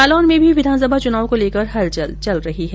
जालौर में भी विधानसभा चुनाव को लेकर हलचल चल रही है